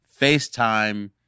FaceTime